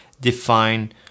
define